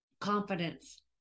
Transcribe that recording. confidence